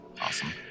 Awesome